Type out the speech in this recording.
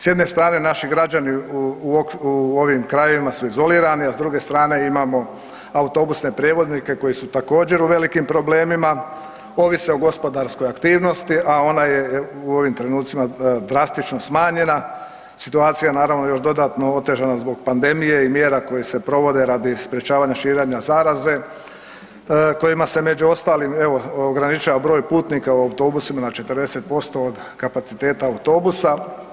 S jedne strane naši građani u ovim krajevima su izolirani, a s druge strane imamo autobusne prijevoznike koji su također u velikim problemima, ovise o gospodarskoj aktivnosti, a ona je u ovim trenucima drastično smanjena, situacija je naravno još dodatno otežana zbog pandemije i mjera koje se provode radi sprječavanja širenja zaraze kojima se među ostalim evo ograničava broj putnika u autobusima na 40% od kapaciteta autobusa.